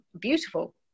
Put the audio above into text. beautiful